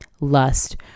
Lust